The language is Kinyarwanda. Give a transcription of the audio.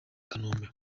kanombe